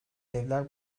evler